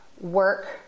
work